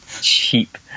cheap